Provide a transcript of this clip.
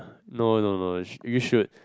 no no no no you should